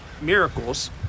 miracles